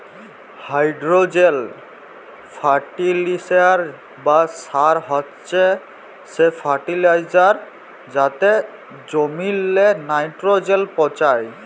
nitrogen fertiliser বা সার হছে সে ফার্টিলাইজার যাতে জমিল্লে লাইট্রোজেল পৌঁছায়